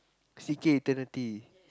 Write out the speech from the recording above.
C_K eternity